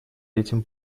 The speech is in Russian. этим